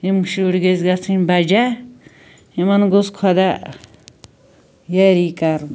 یِم شُرۍ گٔژھۍ گَژھٕنۍ بجا یمن گوٚژھ خۄدا یٲری کَرُن